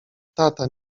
tata